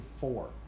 Four